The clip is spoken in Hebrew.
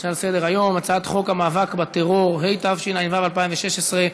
שעל סדר-היום: הצעת חוק המאבק בטרור, התשע"ו 2016,